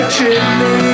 Chimney